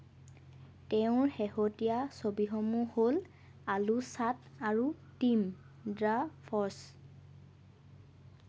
তেওঁৰ শেহতীয়া ছবিসমূহ হ'ল আলু চাট আৰু টিম দ্য ফ'ৰ্চ